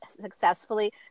successfully